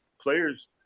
players